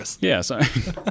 yes